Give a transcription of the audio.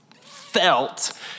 felt